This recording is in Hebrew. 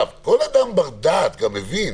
כל אדם בר דעת מבין